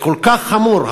זה כל כך חמור.